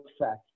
effect